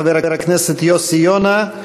חבר הכנסת יוסי יונה,